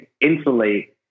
insulate